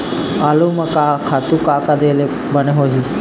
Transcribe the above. आलू म का का खातू दे ले बने होही?